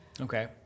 Okay